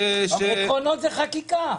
עקרונות זה חקיקה.